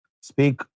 speak